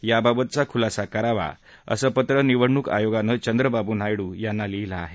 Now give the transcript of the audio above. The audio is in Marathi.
याबाबतचा खुलासा करावा असे पत्र निवडणूक आयोगाने चंद्रबाबू नायडू यांना लिहीलं आहे